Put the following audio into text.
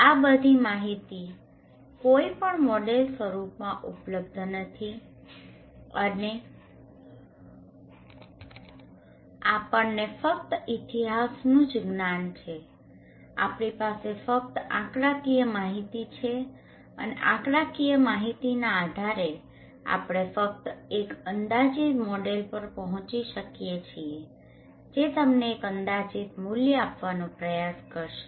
આ બધી માહિતી કોઈ પણ મોડેલ સ્વરૂપમાં ઉપલબ્ધ નથી અને આપણને ફક્ત ઇતિહાસનુ જ જ્ઞાન છે આપણી પાસે ફક્ત આંકડાકીય માહિતી છે અને આંકડાકીય માહિતીના આધારે આપણે ફક્ત એક અંદાજિત મોડેલ પર પહોંચી શકીએ છીએ જે તમને એક અંદાજિત મૂલ્ય આપવાનો પ્રયાસ કરશે